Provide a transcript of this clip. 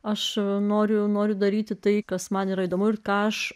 aš noriu noriu daryti tai kas man įdomu ir ką aš